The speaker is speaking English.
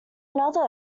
another